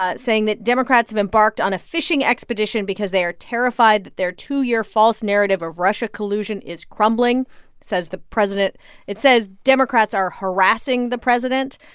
ah saying that democrats have embarked on a fishing expedition because they are terrified that their two-year false narrative of russia collusion is crumbling. it says the president it says democrats are harassing the president,